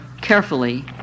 carefully